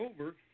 over